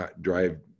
drive